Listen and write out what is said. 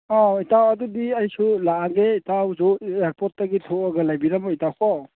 ꯑꯥꯎ ꯏꯇꯥꯎ ꯑꯗꯨꯗꯤ ꯑꯩꯁꯨ ꯂꯥꯛꯑꯒꯦ ꯏꯇꯥꯎꯁꯨ ꯏꯌꯥꯔꯄꯣꯔꯠꯇꯒꯤ ꯊꯣꯛꯑꯒ ꯂꯩꯕꯤꯔꯝꯃꯣ ꯏꯇꯥꯎ ꯀꯣ